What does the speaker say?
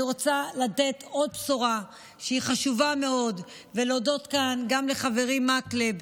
אני רוצה לתת עוד בשורה שהיא חשובה מאוד ולהודות כאן גם לחברי מקלב,